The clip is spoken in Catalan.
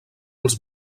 els